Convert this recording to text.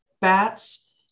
bats